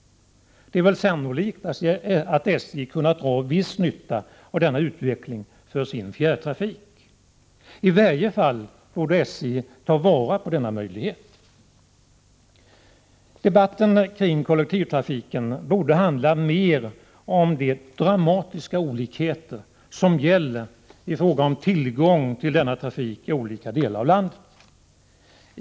Det är väl sannolikt att SJ kunnat dra viss nytta av denna utveckling för sin fjärrtrafik. I varje fall borde SJ ta vara på denna möjlighet. Debatten kring kollektivtrafiken borde handla mer om de dramatiska olikheter som finns i fråga om tillgång till sådan trafik i olika delar av landet.